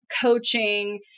coaching